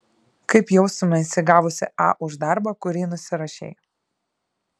kaip jaustumeisi gavusi a už darbą kurį nusirašei